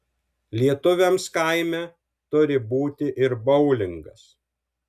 lietuviams kaime turi būti ir boulingas